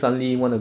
just